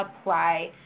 apply